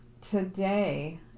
today